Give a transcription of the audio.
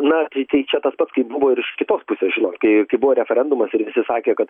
na tai tai čia tas pats kaip buvo ir iš kitos pusės žinot kai kai buvo referendumas ir visi sakė kad